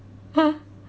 !huh!